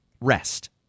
rest